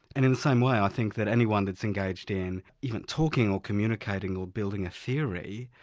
and in the same way i think that anyone that's engaged in even talking or communicating or building a theory,